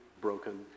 broken